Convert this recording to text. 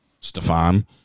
Stefan